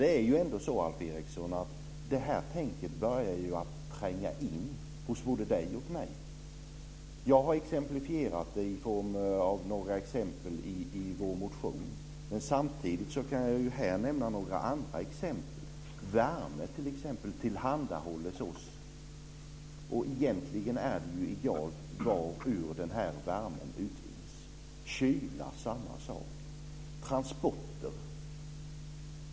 Det är ju ändå på det sättet, Alf Eriksson, att detta tänkesätt ju börjar tränga in hos både dig och mig. Jag har tagit upp det i form av några exempel i vår motion. Men samtidigt kan jag här nämna några andra exempel. Värme t.ex. tillhandahålls ju oss, och egentligen är det ju egalt hur denna värme utvinns. Samma sak gäller kyla och transporter.